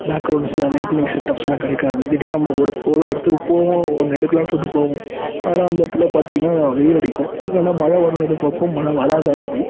backgrounds lightnings செட்அப்ஸுலாம் கிடைக்காது திடீர்னு நம்ம ஒரு ஒரு இடத்துக்கு போவோம் ஒன்று எடுக்கலாம்னு சொல்லிட்டு போவோம் ஆனால் அந்த இடத்துல பார்த்தீங்கன்னா வெயில் அடிக்கும் இல்லைனா மழை வரும்னு எதிர்பார்ப்போம் மழை வராது அன்னைக்கு